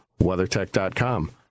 WeatherTech.com